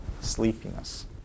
sleepiness